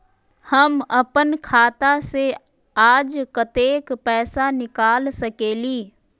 हम अपन खाता से आज कतेक पैसा निकाल सकेली?